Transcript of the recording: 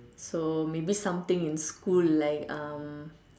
so maybe something in school like um